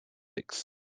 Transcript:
licks